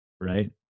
right